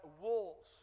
walls